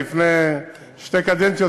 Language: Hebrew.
לפני שתי קדנציות,